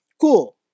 Cool